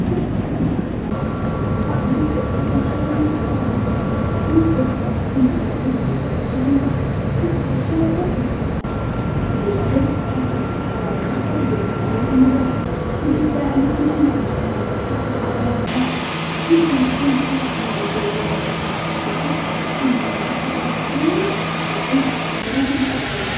أحب اتحكم في أحلامي, لأن الأحلام تعكس مشاعري وأفكاري, بتكون فرصة إني أعيش تجارب جديدة, واحقق أشياء أطمح لها ,إذا قدرت اتحكم في أحلامي, أقدر استفيد من الراحة و الإبداع اللي تجي مع النوم, أما التحكم في أحلام الناس, ممكن يكون فيه قلق و ضغط, فالأفضل إني أركز على أحلامي وأعيشها بالطريقة اللي أبغاها.